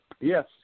yes